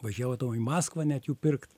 važiuodavau į maskvą net jų pirkt